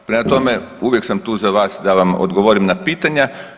Prema tome, uvijek sam tu za vas da vam odgovorim na pitanja.